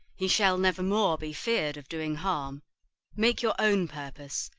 he shall never more be fear'd of doing harm make your own purpose,